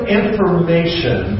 information